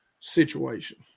situation